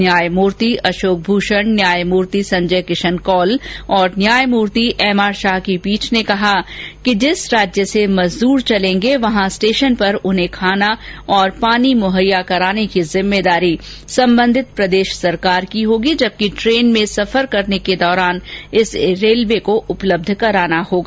न्यायमर्ति अशोक भूषण न्यायमूर्ति संजय किशन कौल और न्यायमूर्ति एमआर शाह की पीठ ने कहा कि जिस राज्य से मजदूर चलेंगे वहां स्टेशन पर उन्हें खाना और पानी मुहैया कराने की जिम्मेदारी सम्बन्धित प्रदेश सरकार की होगी जबकि टेन में सफर के दौरान इसे रेलवे को उपलब्ध कराना होगा